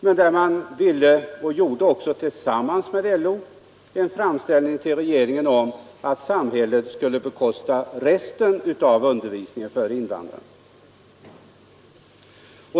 Man gjorde tillsammans med LO en framställning till regeringen om att samhället skulle bekosta resten av undervisningen för invandrarna.